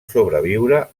sobreviure